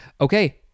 Okay